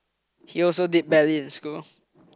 he also did badly in school